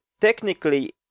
technically